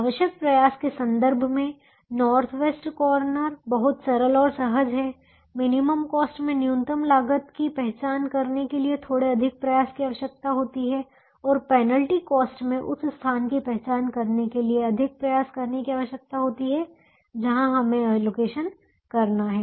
आवश्यक प्रयास के संदर्भ में नॉर्थ वेस्ट कॉर्नर बहुत सरल और सहज है मिनिमम कॉस्ट में न्यूनतम लागत की पहचान करने के लिए थोड़े अधिक प्रयास की आवश्यकता होती है और पेनल्टी कॉस्ट में उस स्थान की पहचान करने के लिए अधिक प्रयास की आवश्यकता होती है जहां हमें अलोकेशन करना है